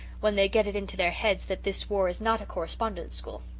when they get it into their heads that this war is not a correspondence school.